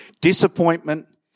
Disappointment